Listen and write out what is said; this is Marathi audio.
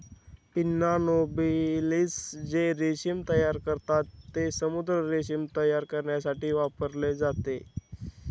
पिन्ना नोबिलिस जे रेशीम तयार करतात, ते समुद्री रेशीम तयार करण्यासाठी वापरले जाते